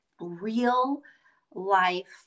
real-life